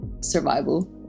survival